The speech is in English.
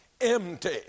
empty